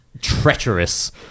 treacherous